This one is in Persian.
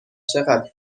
چقدر